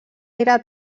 era